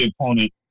opponent